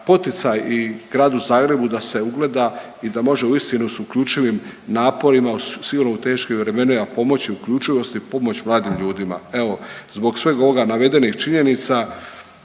poticaj i Gradu Zagrebu da se ugleda i da može uistinu s uključivim naporima sigurno u teškim vremenima pomoći uključivosti pomoć mladim ljudima. Evo zbog svega ovoga i navedenih činjenica